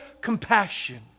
compassion